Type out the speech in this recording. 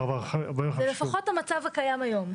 זה לפחות המצב הקיים היום.